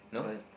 no